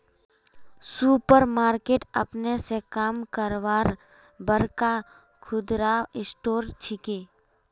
super market अपने स काम करवार बड़का खुदरा स्टोर छिके